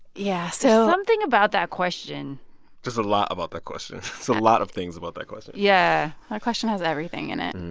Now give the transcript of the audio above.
yeah. so. something about that question just a lot about that question, just so a lot of things about that question yeah. our question has everything in it.